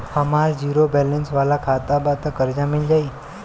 हमार zero balance वाला खाता बा त कर्जा मिल जायी?